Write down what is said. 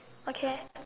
okay